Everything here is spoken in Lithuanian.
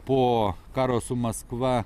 po karo su maskva